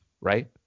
right